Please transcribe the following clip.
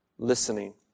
Listening